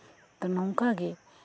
ᱱᱚᱝᱠᱟᱜᱮ